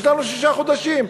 יש לנו שישה חודשים.